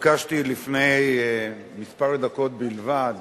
נתבקשתי לפני דקות מספר בלבד